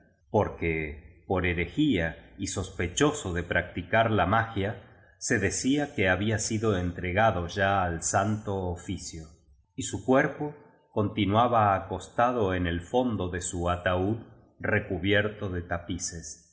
porque por herejía y sospechoso de practicar la magia se decía que había sido entregado ya al santo oficio y su cuerpo continuaba acostado en el fondo de su ataúd recubierto de tapices en